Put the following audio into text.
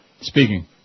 Speaking